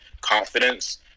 confidence